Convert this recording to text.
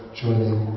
joining